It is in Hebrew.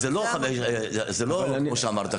זה לא כמו שאמרת,